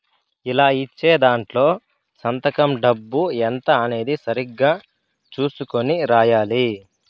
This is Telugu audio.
ఇలా ఇచ్చే దాంట్లో సంతకం డబ్బు ఎంత అనేది సరిగ్గా చుసుకొని రాయాలి